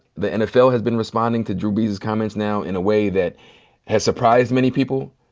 the nfl has been responding to drew brees's comments now in a way that has surprised many people.